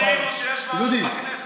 לא זיהינו שיש ועדות בכנסת.